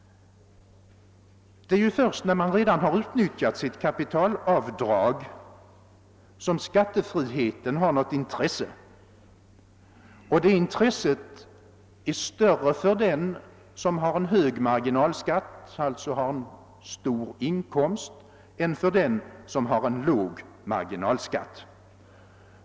Det är ju först sedan kapitalavdraget har utnyttjats, som skattefriheten får något intresse, och detta intresse är större för den som har en hög marginalskatt — alltså för den som har en stor inkomst — än för den som har en låg marginalskatt.